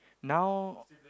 now